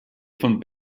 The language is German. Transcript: von